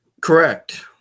Correct